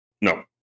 No